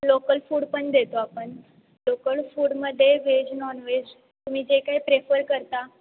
local food पण देतो आपण लोकल फूडमध्ये व्हेज नॉनव्हेज तुम्ही जे काय प्रेफर करता